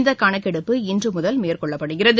இந்தகணக்கெடுப்பு இன்றுமுதல் மேற்கொள்ளப்படுகிறது